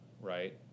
right